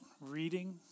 reading